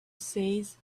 says